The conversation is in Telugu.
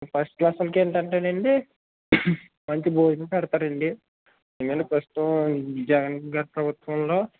ఫస్ట్ క్లాసు వాళ్ళకి ఏంటంటేను అండి మంచి భోజనం పెడతారండి ఏమండీ ప్రస్థుతం జగన్గారి ప్రభుత్వంలో